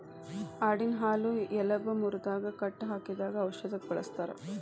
ಆಡಿನ ಹಾಲು ಎಲಬ ಮುರದಾಗ ಕಟ್ಟ ಹಾಕಿದಾಗ ಔಷದಕ್ಕ ಬಳಸ್ತಾರ